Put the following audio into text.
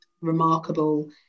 remarkable